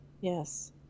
Yes